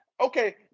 Okay